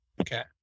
Okay